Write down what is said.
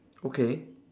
okay